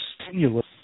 stimulus